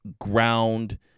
ground